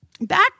Back